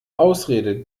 ausrede